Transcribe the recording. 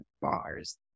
bars